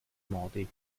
modi